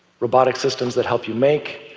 robotic systems that help you make,